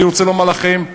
אני רוצה לומר לכם,